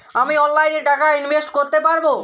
আমি অনলাইনে টাকা ইনভেস্ট করতে পারবো?